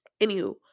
Anywho